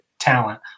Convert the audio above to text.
talent